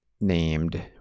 named